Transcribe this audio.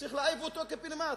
צריך להעיף אותו קיבינימט.